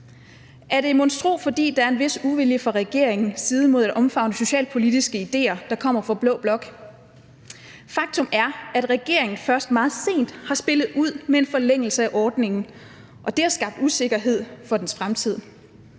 Er det monstro, fordi der er en vis uvilje fra regeringens side mod at omfavne socialpolitiske idéer, der kommer fra blå blok? Faktum er, at regeringen først meget sent har spillet ud med en forlængelse af ordningen, og det har skabt usikkerhed om dens fremtid.